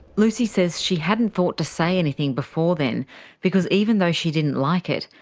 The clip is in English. lucy says she hadn't thought to say anything before then because even though she didn't like it,